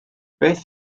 beth